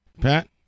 Pat